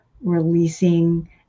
releasing